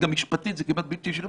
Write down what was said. גם משפטית זה כמעט בלתי אפשרי,